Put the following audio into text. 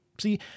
See